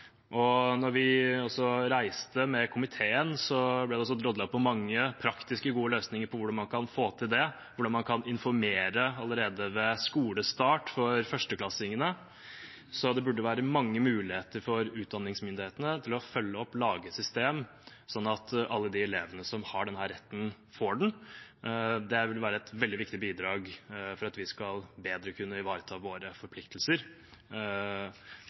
vi reiste med komiteen, ble det drodlet rundt mange praktiske, gode løsninger for hvordan man kan få til det, hvordan man kan informere allerede ved skolestart for førsteklassingene. Det burde være mange muligheter for utdanningsmyndighetene til å følge opp og lage et system, slik at alle de elevene som har denne retten, får den. Det vil være et veldig viktig bidrag for at vi bedre skal kunne ivareta våre forpliktelser